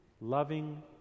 loving